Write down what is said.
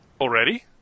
Already